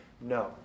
No